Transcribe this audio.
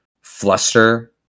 fluster